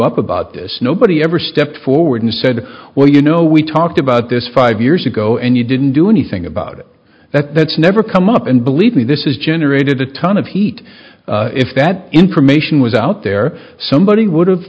up about this nobody ever stepped forward and said well you know we talked about this five years ago and you didn't do anything about it that that's never come up and believe me this is generated a ton of heat if that information was out there somebody would